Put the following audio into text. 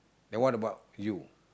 then what about you